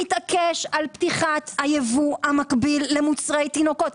תתעקש על פתיחת הייבוא המקביל למוצרי תינוקות.